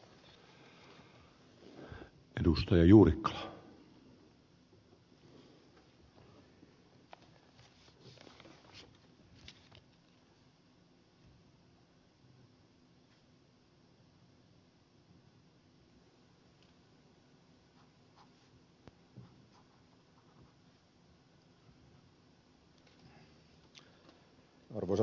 arvoisa puhemies